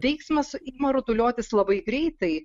veiksmas ima rutuliotis labai greitai